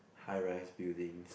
high rise buildings